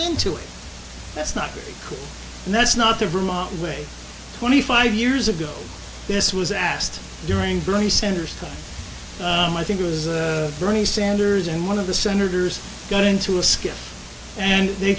into it that's not cool and that's not the vermont way twenty five years ago this was asked during bernie sanders i think it was the bernie sanders and one of the senators got into a skiff and they